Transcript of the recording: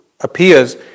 appears